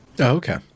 Okay